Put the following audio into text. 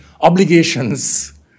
obligations